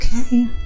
Okay